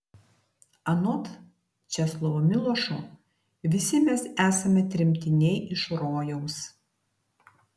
anot česlovo milošo visi mes esame tremtiniai iš rojaus